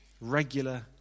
Regular